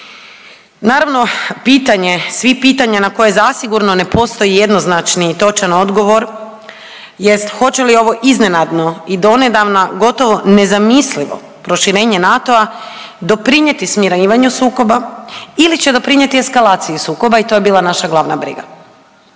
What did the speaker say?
pitanje svih pitanja na koje zasigurno ne postoji jednoznačni i točan odgovor jest hoće li ovo iznenadno i donedavna gotovo nezamislivo proširenje NATO-a doprinijeti smirivanju sukoba ili će pridonijeti eskalaciji sukoba i to je bila naša glavna briga?